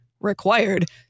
required